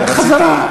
חזרה.